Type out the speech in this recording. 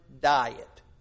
diet